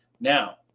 Now